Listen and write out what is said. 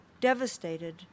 devastated